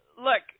look